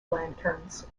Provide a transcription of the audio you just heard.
lanterns